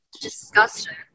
Disgusting